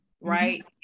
right